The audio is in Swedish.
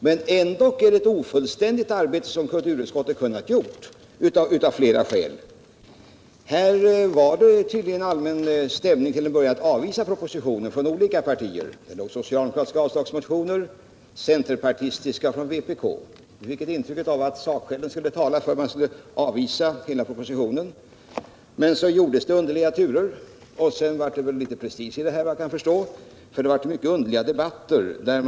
Men trots den långa tid som arbetet pågått har utskottet ändå av flera skäl inte kunnat göra annat än ett ofullständigt arbete. Till en början var det tydligen en allmän stämning inom olika partier för att avstyrka propositionen. Det förelåg en socialdemokratisk avslagsmotion. Sådana motioner hade även väckts av centerpartiet och vpk. Vi fick ett intryck av att sakskälen talade för att utskottet skulle avstyrka hela propositionen. Men så förekom en del underliga turer, och det gick prestige i det hela. Det blev mycket underliga debatter i utskottet.